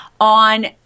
on